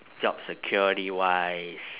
job security wise